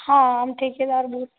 हाँ हम ठेकेदार बोल